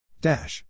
dash